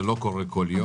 זה לא קורה כל היום.